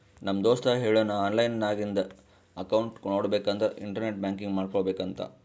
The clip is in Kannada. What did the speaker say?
ನಮ್ ದೋಸ್ತ ಹೇಳುನ್ ಆನ್ಲೈನ್ ನಾಗ್ ನಿಂದ್ ಅಕೌಂಟ್ ನೋಡ್ಬೇಕ ಅಂದುರ್ ಇಂಟರ್ನೆಟ್ ಬ್ಯಾಂಕಿಂಗ್ ಮಾಡ್ಕೋಬೇಕ ಅಂತ್